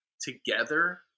together